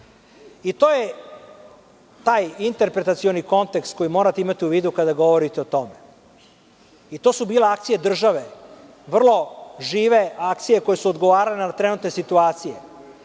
To je taj interpretacioni kontekst koji morate imati u vidu kada govorite o tome. To su bile akcije države, vrlo žive akcije koje su odgovarale na trenutne situacije,